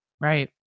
Right